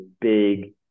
big